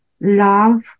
love